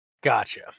Gotcha